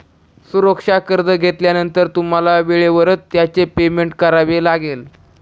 सुरक्षित कर्ज घेतल्यानंतर तुम्हाला वेळेवरच त्याचे पेमेंट करावे लागेल